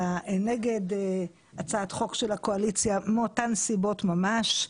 נגד הצעת חוק של הקואליציה מאותן סיבות ממש.